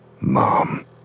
mom